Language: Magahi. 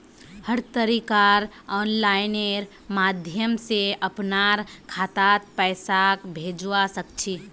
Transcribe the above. हर तरीकार आनलाइन माध्यम से अपनार खातात पैसाक भेजवा सकछी